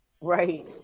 Right